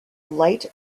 light